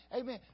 Amen